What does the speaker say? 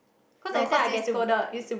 cause every time I get scolded